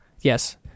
Yes